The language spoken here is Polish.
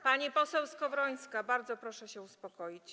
Pani poseł Skowrońska, bardzo proszę się uspokoić.